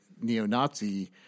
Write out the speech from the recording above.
neo-Nazi